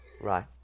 Right